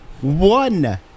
one